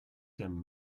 them